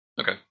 Okay